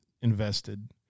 invested